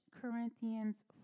Corinthians